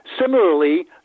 Similarly